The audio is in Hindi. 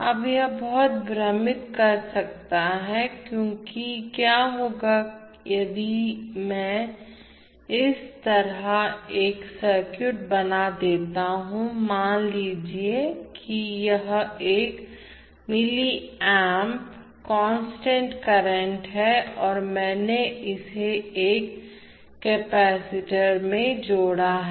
अब यह बहुत भ्रमित कर सकता है क्योंकि क्या होगा यदि मैं इस तरह एक सर्किट बना देता हूं मानलिजिये कि यह एक 1 मिली एम्प कांस्टेंट करंट है और मैंने इसे एक कपैसिटर में जोड़ा है